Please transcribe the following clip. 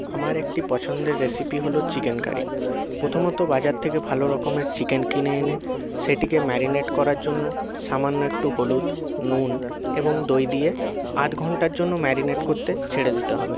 আমার একটি পছন্দের রেসিপি হল চিকেন কারি প্রথমত বাজার থেকে ভালো রকমের চিকেন কিনে এনে সেটিকে ম্যারিনেট করার জন্য সামান্য একটু হলুদ নুন এবং দই দিয়ে আধঘন্টার জন্য ম্যারিনেট করতে ছেড়ে দিতে হবে